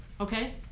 Okay